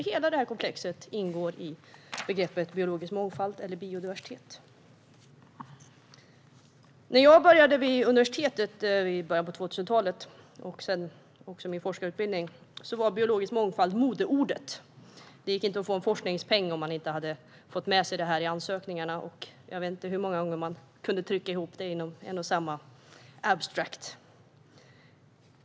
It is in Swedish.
Hela detta komplex ingår i begreppet biologisk mångfald eller biodiversitet. När jag började på universitetet i början av 2000-talet och under min senare forskarutbildning var "biologisk mångfald" modeord. Det gick inte att få en enda forskningspeng om man inte hade fått med detta i ansökningarna. Jag vet inte hur många gånger man kunde trycka in det i ett och samma abstract.